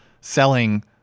selling